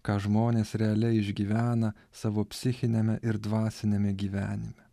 ką žmonės realiai išgyvena savo psichiniame ir dvasiniame gyvenime